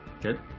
Good